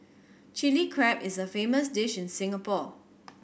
Chilli Crab is a famous dish in Singapore